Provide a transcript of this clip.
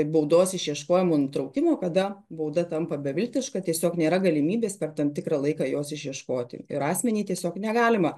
baudos išieškojimo nutraukimo kada bauda tampa beviltiška tiesiog nėra galimybės per tam tikrą laiką jos išieškoti ir asmenį tiesiog negalima